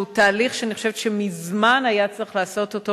שהוא תהליך שאני חושבת שמזמן היה צריך לעשות אותו,